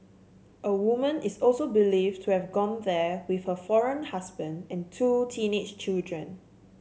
a woman is also believed to have gone there with her foreign husband and two teenage children